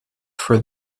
for